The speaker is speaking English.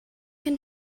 can